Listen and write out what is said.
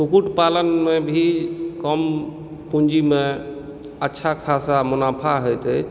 कुक्कुट पालनमे भी कम पूँजीमे अच्छा खासा मुनाफा होइत अछि